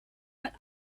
but